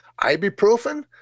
Ibuprofen